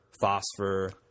phosphor